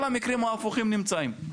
כל המקרים ההפוכים נמצאים,